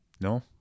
No